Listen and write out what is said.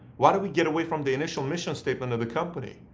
why do we get away from the initial mission statement of the company?